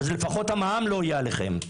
לפחות המע"מ לא יהיה עליכם.